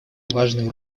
важную